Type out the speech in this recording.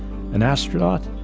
an astronaut,